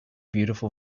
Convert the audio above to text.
beautiful